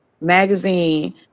magazine